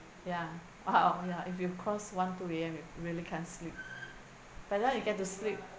ya oh ya if you cross one two A_M you really can't sleep but then you get to sleep